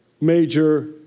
major